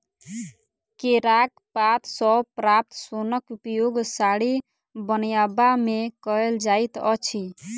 केराक पात सॅ प्राप्त सोनक उपयोग साड़ी बनयबा मे कयल जाइत अछि